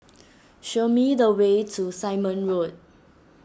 show me the way to Simon Road